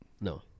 no